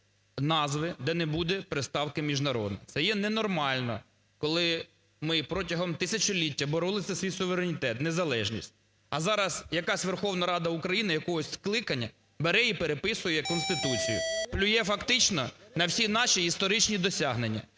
назви, де не буде приставки "міжнародний". Це є ненормально, коли ми протягом тисячоліття боролися за свій суверенітет, незалежність, а зараз якась Верховна Рада України якогось скликання бере і переписує Конституцію, плює фактично на всі наші історичні досягнення.